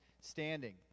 standing